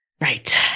Right